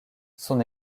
son